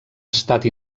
estat